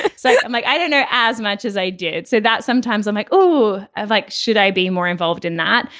so i'm like i don't know as much as i did said that sometimes i'm like oh ah like should i be more involved in that.